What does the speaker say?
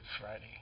Friday